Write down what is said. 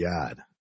God